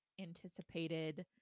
anticipated